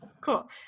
Cool